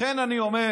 לכן אני אומר,